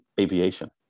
aviation